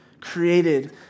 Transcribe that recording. created